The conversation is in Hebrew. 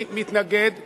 אני מתנגד לחוק,